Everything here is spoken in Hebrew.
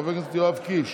חבר הכנסת יואב קיש,